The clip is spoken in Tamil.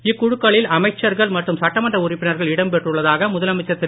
இக்குழுக்களில் அமைச்சர்கள் மற்றும் சட்டமன்ற உறுப்பினர்கள் இடம் பெற்றுள்ளதாக முதலமைச்சர் திரு